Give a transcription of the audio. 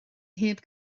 heb